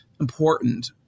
important